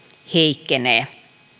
heikkenee